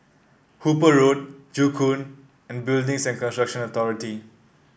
Hooper Road Joo Koon and Building Construction Authority